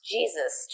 Jesus